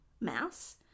Mouse